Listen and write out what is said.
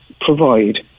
provide